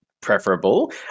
preferable